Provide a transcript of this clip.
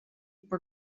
per